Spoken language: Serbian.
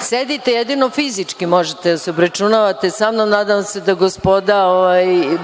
sedite. Jedino fizički možete da se obračunavate samnom. Nadam se da gospoda,